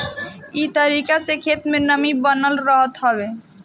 इ तरीका से खेत में नमी बनल रहत हवे